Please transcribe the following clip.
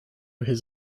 his